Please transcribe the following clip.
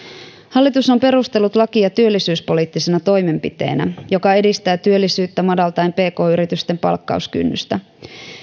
hallitus on perustellut lakia työllisyyspoliittisena toimenpiteenä joka edistää työllisyyttä madaltaen pk yritysten palkkauskynnystä